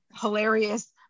hilarious